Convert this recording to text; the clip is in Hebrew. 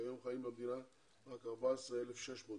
כיום חיים במדינה רק 14,600 יהודים.